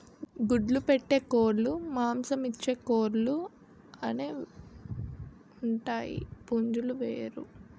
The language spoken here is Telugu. గుడ్లు పెట్టే కోలుమాంసమిచ్చే కోలు అనేవుంటాయి పుంజులు వేరు